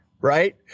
right